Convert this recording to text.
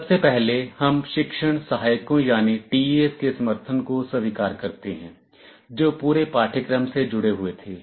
सबसे पहले हम शिक्षण सहायकों यानी TAs के समर्थन को स्वीकार करते हैं जो पूरे पाठ्यक्रम से जुड़े हुए थे